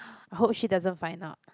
I hope she doesn't find out